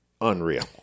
unreal